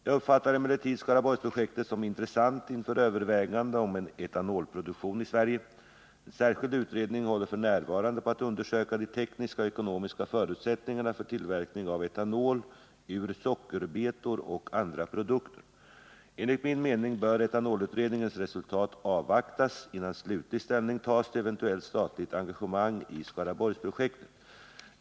Jag uppfattar emellertid Skaraborgsprojektet som intressant inför övervägandena om en etanolproduktion i Sverige. En särskild utredning håller f. n. på att undersöka de tekniska och ekonomiska förutsättningarna för tillverkning av etanol ur sockerbetor och andra produkter. Enligt min mening bör etanolutredningens resultat avvaktas innan slutlig ställning tas till eventuellt statligt engagemang i Skaraborgsprojektet.